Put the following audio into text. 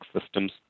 systems